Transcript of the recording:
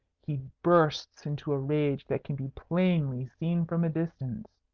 he bursts into a rage that can be plainly seen from a distance.